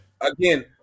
Again